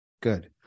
Good